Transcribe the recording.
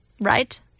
Right